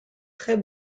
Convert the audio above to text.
très